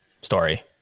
story